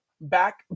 back